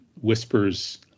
whispers